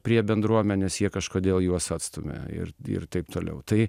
prie bendruomenės jie kažkodėl juos atstumia ir ir taip toliau tai